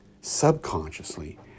subconsciously